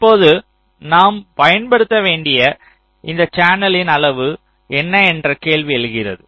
இப்போது நாம் பயன்படுத்த வேண்டிய இந்த சேனலின் அளவு என்ன என்ற கேள்வி எழுகிறது